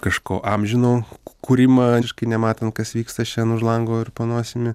kažko amžino kūrimą visiškai nematant kas vyksta šiandien už lango ir po nosimi